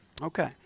Okay